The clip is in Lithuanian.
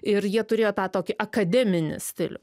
ir jie turėjo tą tokį akademinį stilių